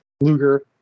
Luger